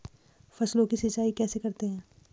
फसलों की सिंचाई कैसे करते हैं?